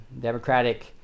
Democratic